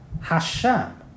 Hashem